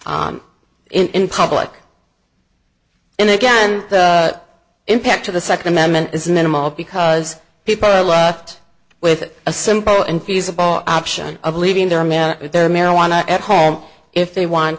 in public and again the impact to the second amendment is minimal because people are left with a simple and feasible option of leaving the army marijuana at home if they want